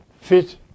fit